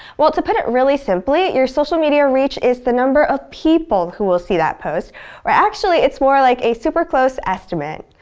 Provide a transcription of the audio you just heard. well, to put it really simply, your social media reach is the number of people who will see that post or, actually, it's more like a super close estimate.